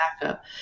backup